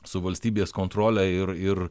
su valstybės kontrole ir ir